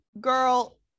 girl